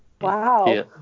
wow